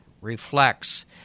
reflects